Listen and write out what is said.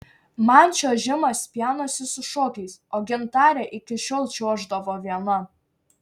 man čiuožimas pjaunasi su šokiais o gintarė iki šiol čiuoždavo viena